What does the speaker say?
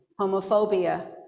homophobia